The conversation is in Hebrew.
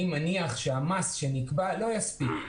אני מניח שהמס שנקבע לא יספיק.